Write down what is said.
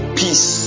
peace